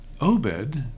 Obed